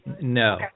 no